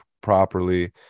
properly